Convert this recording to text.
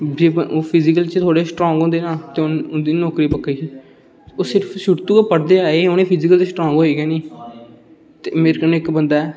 जेकर ओह् फिजिकल च थोह्ड़़े स्ट्रांग हुंदे ना ते उंदी नौकरी पक्की ही ओह् सिर्फ शुरू तूं के पढ़दे आए उनें फिजिकल च स्ट्रांग होए गै नी ते मेरे कन्नै इक बंदा ऐ